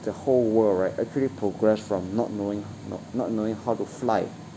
the whole world right actually progress from not knowing not not knowing how to fly